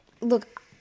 look